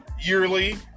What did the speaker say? yearly